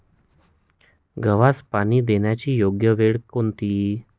गव्हास पाणी देण्याची योग्य वेळ कोणती?